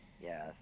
yes